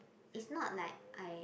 it's not like I